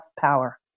power